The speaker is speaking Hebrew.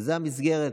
וזו המסגרת,